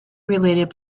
related